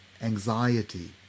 anxiety